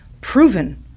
proven